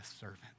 servant